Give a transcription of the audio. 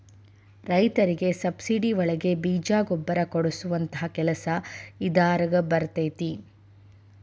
ರೈತರಿಗೆ ಸಬ್ಸಿಡಿ ಒಳಗೆ ಬೇಜ ಗೊಬ್ಬರ ಕೊಡುವಂತಹ ಕೆಲಸ ಇದಾರಗ ಬರತೈತಿ